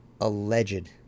alleged